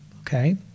okay